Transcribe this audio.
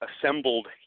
assembled